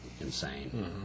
insane